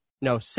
no